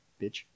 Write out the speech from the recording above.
bitch